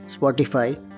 Spotify